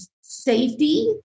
safety